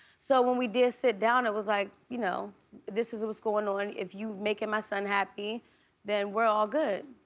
so when we did sit down it was like you know this is what's going on, if you making my son happy then we're all good.